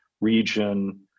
region